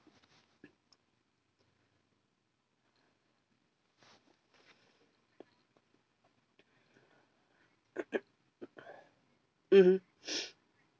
mmhmm